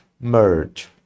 merge